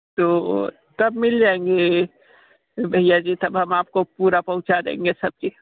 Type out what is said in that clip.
तो तब मिल जाएंगे भईया जी तब हम आपको पूरा पहुँचा देंगे सब्ज़ी